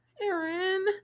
Aaron